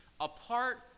apart